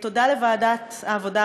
תודה לוועדת העבודה,